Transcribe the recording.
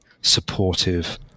supportive